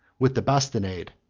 with the bastinade,